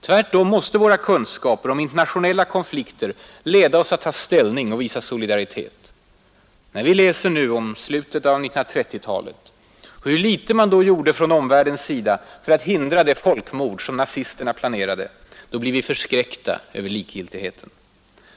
Tvärtom måste våra kunskaper om internationella konflikter leda oss att ta ställning och visa solidaritet. När vi nu läser om slutet av 1930-talet och hur litet man då gjorde från omvärldens sida för att hindra det folkmord som nazisterna planerade blir vi förskräckta över likgiltigheten.